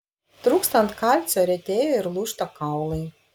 trūkstant kalcio retėja ir lūžta kaulai